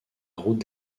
route